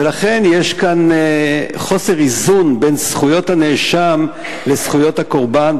ולכן יש כאן חוסר איזון בין זכויות הנאשם לזכויות הקורבן,